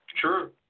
Sure